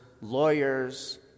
lawyers